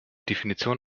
definition